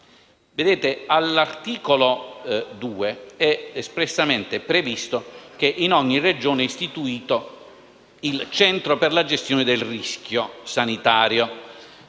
Colleghi, all'articolo 2 è espressamente previsto che in ogni Regione sia istituito il Centro per la gestione del rischio sanitario